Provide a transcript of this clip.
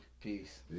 Peace